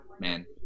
man